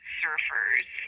surfers